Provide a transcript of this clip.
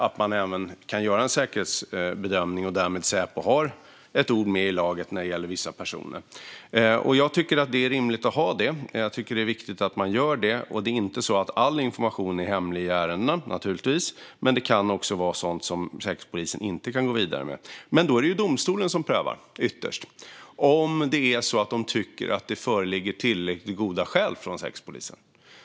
Det gäller att man kan göra en säkerhetsbedömning och att Säpo har ett ord med i laget när det gäller vissa personer. Jag tycker att det är rimligt att ha det. Det är viktigt att man gör det. Det är naturligtvis inte så att all information i ärendena är hemlig. Men det kan vara sådant som Säkerhetspolisen inte kan gå vidare med. Det är ytterst domstolen som prövar om den tycker att det föreligger tillräckligt goda skäl från Säkerhetspolisen.